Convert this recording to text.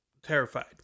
Terrified